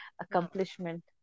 Accomplishment